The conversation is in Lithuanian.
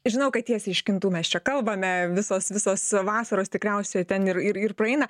žinau kad tiesiai iš kintų mes čia kalbame visos visos vasaros tikriausiai ten ir ir praeina